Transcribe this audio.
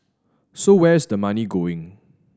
so where is the money going